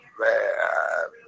man